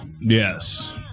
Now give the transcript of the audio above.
yes